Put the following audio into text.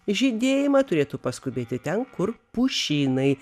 žydėjimą turėtų paskubėti ten kur pušynai